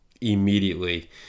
immediately